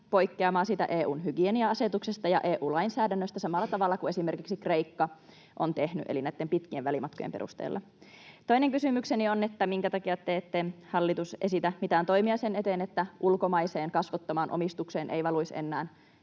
poikkeamaa siitä EU:n hygienia-asetuksesta ja EU-lainsäädännöstä samalla tavalla kuin esimerkiksi Kreikka on tehnyt eli näitten pitkien välimatkojen perusteella. Toinen kysymykseni on: minkä takia te, hallitus, ette esitä mitään toimia sen eteen, että ulkomaiseen kasvottamaan omistukseen ei valuisi enää